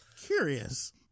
Curious